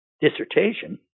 dissertation